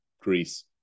Greece